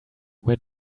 where